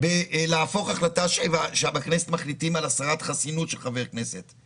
של שינוי החלטה של הסרת חסינות של חבר כנסת?